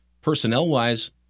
personnel-wise